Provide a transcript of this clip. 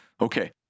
Okay